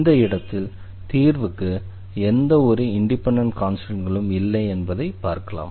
இந்த இடத்தில் தீர்வுக்கு எந்தவொரு இண்டிபெண்டண்ட் கான்ஸ்டண்ட்களும் இல்லை என்பதை பார்க்கலாம்